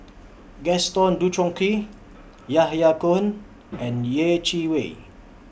Gaston Dutronquoy Yahya Cohen and Yeh Chi Wei